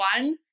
one